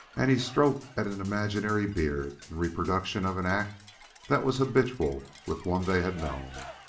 and he stroked at an imaginary beard in reproduction of an act that was habitual with one they had known.